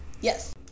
Yes